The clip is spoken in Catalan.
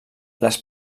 les